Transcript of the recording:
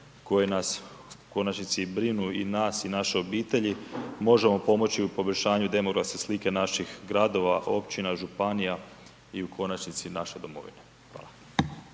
koji nas u konačnici i brinu i nas i naše obitelji, možemo pomoći u poboljšanju demografske slike naših gradova, općina, županija i u konačnici naše Domovine. Hvala.